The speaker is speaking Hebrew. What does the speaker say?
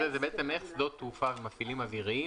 למעשה זה איך שדות התעופה ומפעילים אוויריים